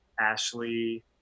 Ashley